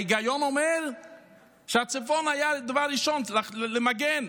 ההיגיון אומר שהצפון היה דבר ראשון שצריך למגן.